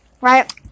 right